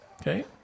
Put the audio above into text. Okay